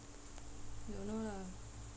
don't know lah